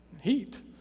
heat